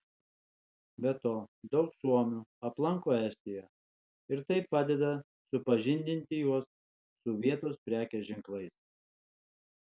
be to daug suomių aplanko estiją ir tai padeda supažindinti juos su vietos prekės ženklais